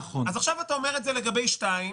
עכשיו אתה אומר את זה לגבי שניים.